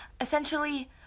essentially